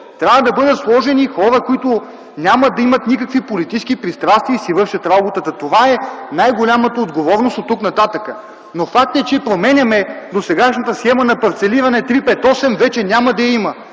трябва да бъдат сложени хора, които няма да имат никакви политически пристрастия и си вършат работата. Това е най-голямата отговорност оттук-нататък. Но факт е, че променяме досегашната схема на парцелиране 3:5:8. Вече няма да я има!